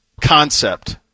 concept